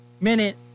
minute